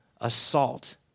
assault